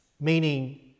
Meaning